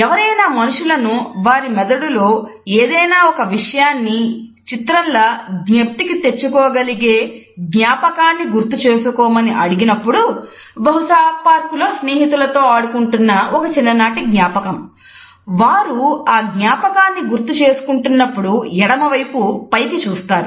ఎవరైనా మనుషులను వారి మెదడులో ఏదైనా ఒక విషయాన్ని చిత్రంలా స్నేహితులతో ఆడుకుంటున్న ఒక చిన్ననాటి జ్ఞాపకం వారు ఆ జ్ఞాపకాన్ని గుర్తు చేసుకుంటున్నప్పుడు ఎడమ వైపు పైకి చూస్తారు